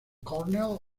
cornell